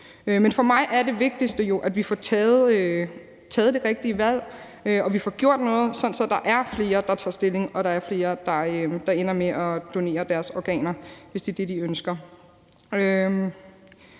Men for mig er det vigtigste jo, at vi får taget det rigtige valg, og at vi får gjort noget, sådan at der er flere, der tager stilling, og at der er flere, der ender med at donere deres organer, hvis det er det, de ønsker.